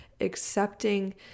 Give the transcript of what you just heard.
accepting